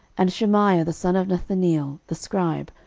and shemaiah the son of nethaneel the scribe,